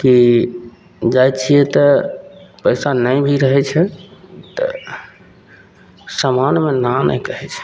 कि जाइ छिए तऽ पइसा नहि भी रहै छै तऽ समानमे ना नहि कहै छै